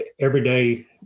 everyday